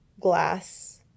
glass